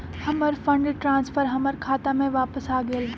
हमर fund transfer हमर खाता में वापस आ गेल